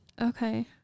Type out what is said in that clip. okay